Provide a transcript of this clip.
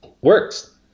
works